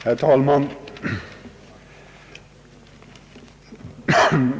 Herr talman!